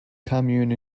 commune